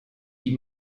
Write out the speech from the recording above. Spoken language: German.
wie